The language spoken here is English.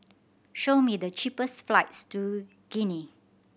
show me the cheapest flights to Guinea